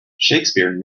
shakespeare